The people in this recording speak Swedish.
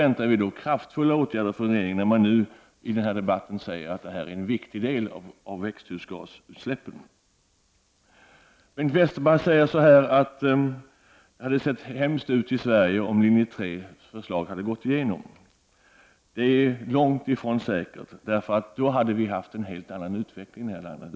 Vi förväntar oss kraftfulla åtgärder från regeringen. Man säger ju i den här debatten att detta är en viktig del när det gäller växthusgasutsläppen. Bengt Westerberg säger att det hade sett hemskt ut i Sverige om linje 3:s förslag hade gått igenom. Det är långt ifrån säkert, därför att då hade utvecklingen i detta land varit en helt annan.